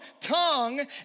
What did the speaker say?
tongue